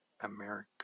America